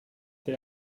they